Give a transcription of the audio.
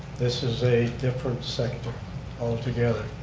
this is a different sector all together.